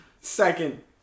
Second